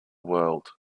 world